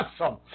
awesome